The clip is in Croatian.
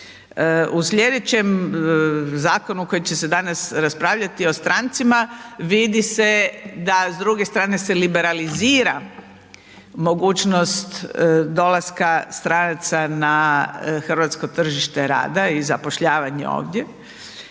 U sljedećem zakonu koji će se danas raspravljati, o strancima, vidi se da s druge strane se liberalizira mogućnost dolaska stranaca na hrvatsko tržište rada i zapošljavanje ovdje